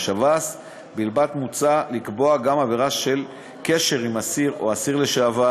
בשב"ס בלבד מוצע לקבוע גם עבירה של קשר עם אסיר או אסיר לשעבר